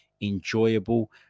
enjoyable